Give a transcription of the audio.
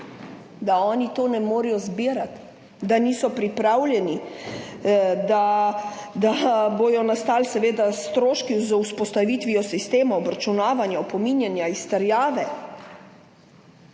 da oni to ne morejo zbirati, da niso pripravljeni, da bodo seveda nastali stroški z vzpostavitvijo sistema obračunavanja, opominjanja, izterjave.